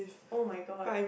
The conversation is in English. oh-my-god